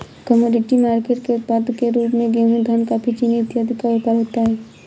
commodity market के उत्पाद के रूप में गेहूं धान कॉफी चीनी इत्यादि का व्यापार होता है